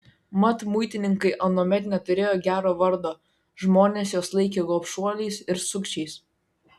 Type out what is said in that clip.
mat muitininkai anuomet neturėjo gero vardo žmonės juos laikė gobšuoliais ir sukčiais